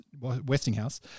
Westinghouse